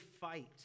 fight